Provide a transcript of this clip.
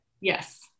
Yes